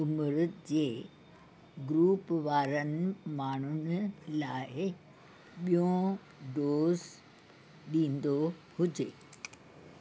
उमिरि जे ग्रूप वारनि माण्हुनि लाइ ॿियो डोज़ ॾींदो हुजे